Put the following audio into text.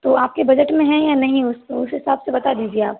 तो आपके बजट में हैं या नहीं उस उस हिसाब से बता दीजिए आप